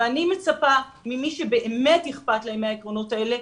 אני מצפה ממי שבאמת אכפת להם מהעקרונות האלה,